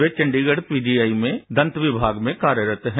way Chandigarh P G I में देत विभाग में कार्यस्त हैं